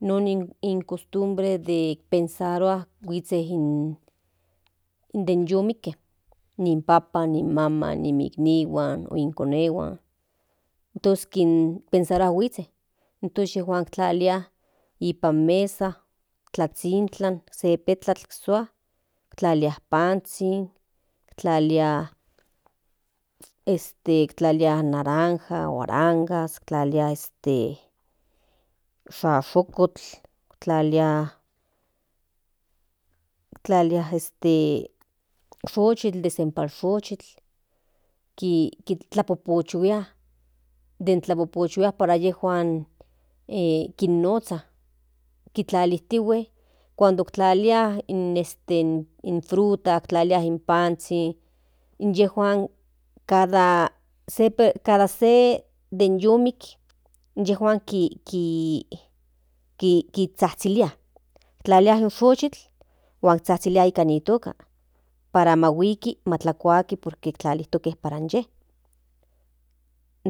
Non ni cost bre pensarua huizhen den yu ijke ni papan ni maman ni iknihuan ni konehuan tos kin´pensarua huizhen tos yejuan tlalia nipan mesa tlazhintla se mesa sua tlalia panzhin tlalia naranja on aranja tlalila xaxokotl tlalilia xochitl de senmpaxochitl tintlapochpochuia den tlapochpochhguia para inyejuan kin nozha kitlaliktihue cuando kitlalia in fruta tlalia in panzhin in yejuan cada se den y ik inyejuan ki kizhazhilia tlalia in xochitl huan zhazhilia nika ni toka para ahuiki otlakuati por que tlalijke para inye